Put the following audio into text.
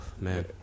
man